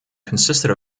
consisted